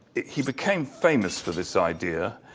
he became famous for this idea.